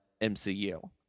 MCU